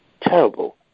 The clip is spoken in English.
terrible